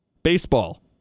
Baseball